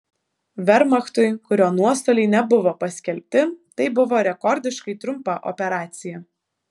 vermachtui kurio nuostoliai nebuvo paskelbti tai buvo rekordiškai trumpa operacija